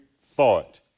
thought